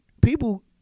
people